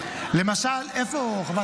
קח את